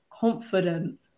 confident